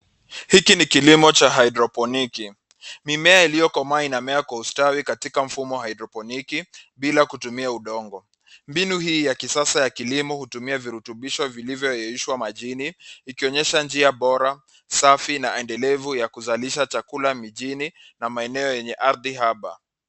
Hiki ni kilimo cha hidroponiki. Mimea iliyokomaa inamea kwa ustawi katika mfumo wa hidroponiki bila kutumia udongo. Mbinu hii ya kisasa ya kilimo hutumia virutubisho vilivyoyeyushwa majini. Ikionyesha njia bora, safi na endelevu ya kuzalisha chakula mijini na maeneo yenye ardhi haba.